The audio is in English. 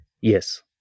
Yes